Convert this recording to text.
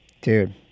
dude